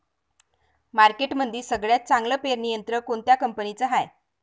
मार्केटमंदी सगळ्यात चांगलं पेरणी यंत्र कोनत्या कंपनीचं हाये?